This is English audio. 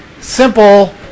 simple